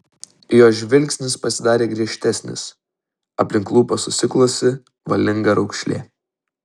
jo žvilgsnis pasidarė griežtesnis aplink lūpas susiklosi valinga raukšlė